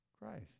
christ